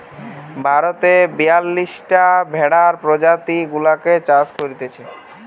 ভারতে বিয়াল্লিশটা ভেড়ার প্রজাতি গুলাকে চাষ করতিছে